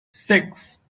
six